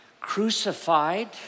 crucified